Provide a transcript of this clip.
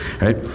right